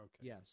Yes